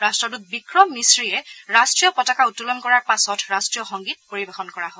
ৰাষ্টদূত বিক্ৰম মিচ্ৰিয়ে ৰাষ্ট্ৰীয় পতাকা উত্তোলন কৰাৰ পাছত ৰাষ্ট্ৰীয় সংগীত পৰিবেশন কৰা হয়